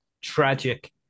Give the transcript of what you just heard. tragic